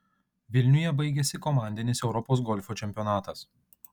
vilniuje baigėsi komandinis europos golfo čempionatas